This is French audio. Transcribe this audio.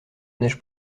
neige